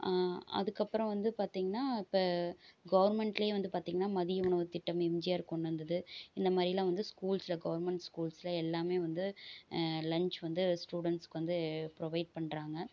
அதுக்கு அப்பறம் வந்து பார்த்திங்ன்னா இப்போ கவர்ன்மென்ட்லேயே வந்து பார்த்திங்கன்னா மதிய உணவு திட்டம் எம்ஜிஆர் கொண்டு வந்தது இந்த மாதிரியெல்லாம் வந்து ஸ்கூல்ஸில் கவுர்ன்மென்ட் ஸ்கூல்ஸில் எல்லாம் வந்து லன்ச் வந்து ஸ்டூடண்ட்ஸுக்கு வந்து ப்ரொவைட் பண்ணுறாங்க